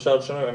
בשלושה הראשונים.